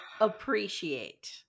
appreciate